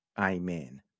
Amen